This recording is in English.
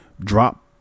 drop